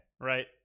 right